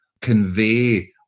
convey